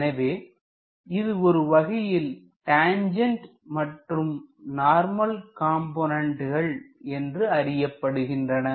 எனவே இவை ஒருவகையில் டான்ஜென்ட் மற்றும் நார்மல் காம்போனன்டு என்று அறியப்படுகின்றன